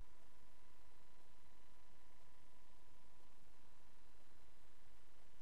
ספק, אמרתי, יהיו יישובים ערביים ויהיו יישובים